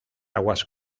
aguas